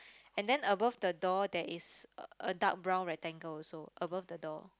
and then above the door there is a a dark brown rectangle also above the door